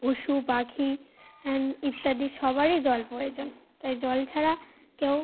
পশু পাখি হ্যাঁ ইত্যাদি সবারই জল প্রয়োজন তাই জল ছাড়া কেউ